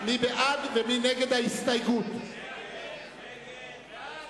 ההסתייגות של קבוצת